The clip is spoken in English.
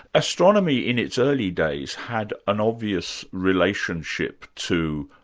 astronomy in its early days had an obvious relationship to,